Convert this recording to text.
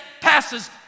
passes